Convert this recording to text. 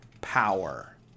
power